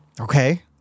Okay